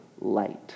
light